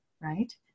right